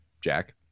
Jack